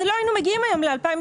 לא היינו מגיעים ככה ל-2022,